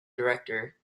director